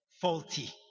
faulty